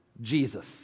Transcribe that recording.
Jesus